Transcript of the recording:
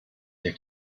der